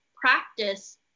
practice